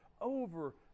over